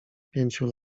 pięciu